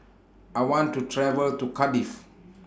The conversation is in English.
I want to travel to Cardiff